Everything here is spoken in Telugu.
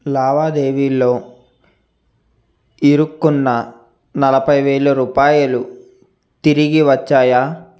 లావాదేవీల్లో ఇరుక్కున్న నలభై వేల రూపాయలు తిరిగి వచ్చాయా